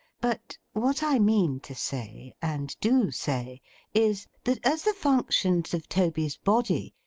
but what i mean to say, and do say is, that as the functions of toby's body,